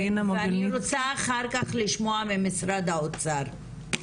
ואני רוצה אחר כך לשמוע ממשרד האוצר.